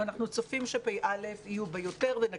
אבל אנחנו חושבים שבפ"א יהיו יותר ואנחנו